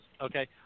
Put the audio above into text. Okay